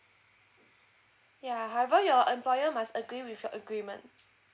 ya however your employer must agree with your agreement